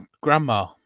grandma